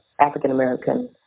African-American